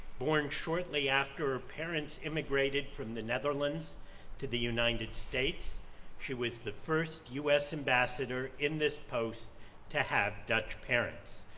born shortly after her parents emigrated from the netherlands to the united states she was the first us ambassador in this post to have dutch parents.